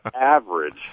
average